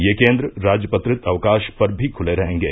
ये केंद्र राजपत्रित अवकाश पर भी खुले रहेंगे